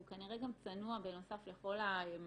כי הוא כנראה גם צנוע בנוסף לכל המעלות,